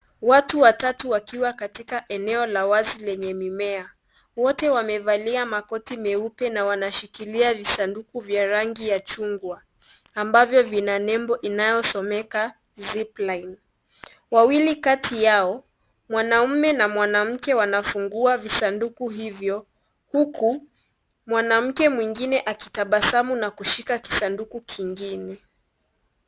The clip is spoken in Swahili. Watu watatu wakiwa katika eneo la wazi lenye mimea. Wote wamevalia makoti meupe na wanashikilia visanduku vya rangi ya chungwa ambavyo vina nembo inayosomeka, " zipline." Wawili kati yao, mwanamume na mwanamke wanafungua visanduku hivyo, huku mwanamke mwingine akitabasamu na kushika kisanduku kingine.